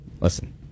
Listen